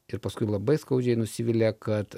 ir paskui labai skaudžiai nusivilia kad